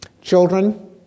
children